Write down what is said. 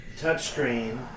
touchscreen